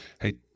Hey